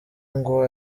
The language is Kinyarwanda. ngo